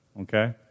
okay